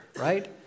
right